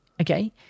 okay